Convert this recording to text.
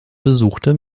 besuchte